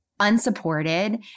unsupported